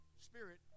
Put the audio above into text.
Spirit